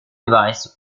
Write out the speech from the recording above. device